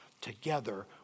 together